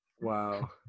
wow